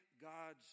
God's